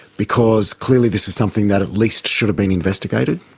because clearly this is something that at least should have been investigated?